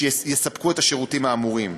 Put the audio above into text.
שיספקו את השירותים האמורים.